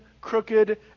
crooked